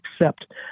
accept